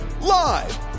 live